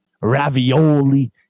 ravioli